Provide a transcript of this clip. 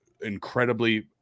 incredibly